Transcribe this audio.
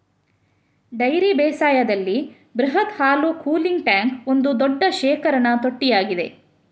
dairy ಬೇಸಾಯದಲ್ಲಿ ಬೃಹತ್ ಹಾಲು ಕೂಲಿಂಗ್ ಟ್ಯಾಂಕ್ ಒಂದು ದೊಡ್ಡ ಶೇಖರಣಾ ತೊಟ್ಟಿಯಾಗಿದೆ